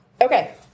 Okay